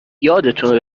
یادتون